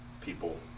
people